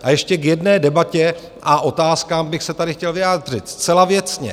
A ještě k jedné debatě a otázkám bych se tady chtěl vyjádřit, zcela věcně.